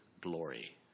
glory